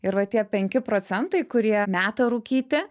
ir va tie penki procentai kurie meta rūkyti